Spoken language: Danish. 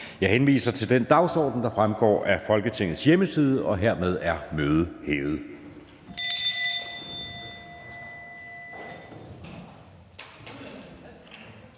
Jeg henviser til den dagsorden, der fremgår af Folketingets hjemmeside. Mødet er hævet.